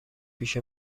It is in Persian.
پیش